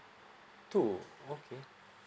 two okay